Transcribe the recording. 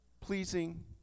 pleasing